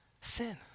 Sin